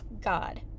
God